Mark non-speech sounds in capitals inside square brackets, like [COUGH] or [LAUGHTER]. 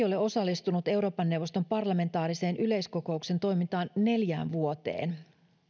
[UNINTELLIGIBLE] ole osallistunut euroopan neuvoston parlamentaarisen yleiskokouksen toimintaan neljään vuoteen